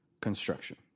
construction